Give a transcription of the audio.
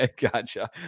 Gotcha